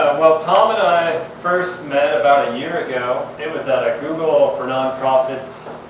well, tom and i first met about a year ago. it was at a google for nonprofits.